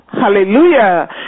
hallelujah